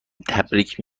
تبریک